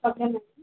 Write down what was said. okay madam